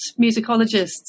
musicologists